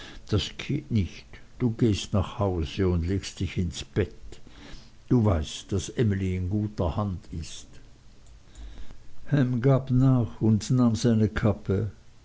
das geht nicht du gehst nach hause und legst dich ins bett du weißt daß emly in guter hut ist ham gab nach und nahm seine kappe